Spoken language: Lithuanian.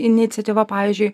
iniciatyva pavyzdžiui